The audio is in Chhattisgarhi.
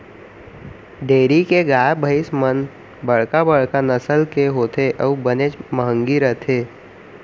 डेयरी के गाय भईंस मन बड़का बड़का नसल के होथे अउ बनेच महंगी रथें